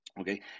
Okay